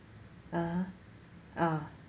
uh uh